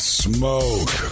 smoke